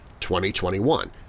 2021